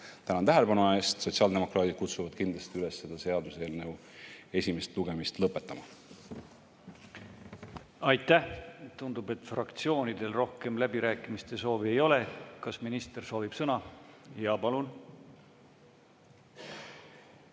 Tänan tähelepanu eest! Sotsiaaldemokraadid kutsuvad kindlasti üles seaduseelnõu esimest lugemist lõpetama. Aitäh! Tundub, et fraktsioonidel rohkem läbirääkimiste soovi ei ole. Kas minister soovib sõna? Jaa, palun!